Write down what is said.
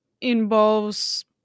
involves